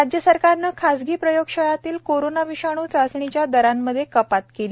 राज्य सरकारनं खासगी प्रयोग शाळांतील कोरोना विषाणू चाचणीच्या दरांमध्ये कपात केली